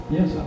Yes